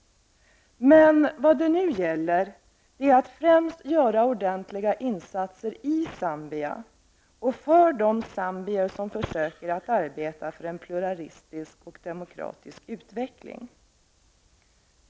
Men vad det nu gäller är att främst göra ordentliga insatser i Zambia och för de zambier som försöker att arbeta för en pluralistisk och demokratisk utveckling.